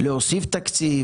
תקציב